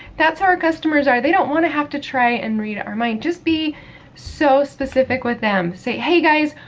that's how our customers are. they don't want to have to try and read our mind. just be so specific with them. say, hey guys,